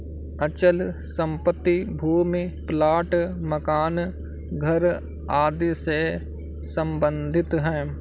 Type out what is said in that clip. अचल संपत्ति भूमि प्लाट मकान घर आदि से सम्बंधित है